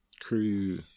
crew